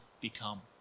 become